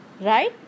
Right